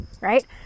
right